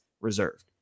reserved